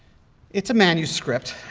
it's a manuscript.